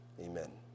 amen